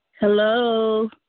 Hello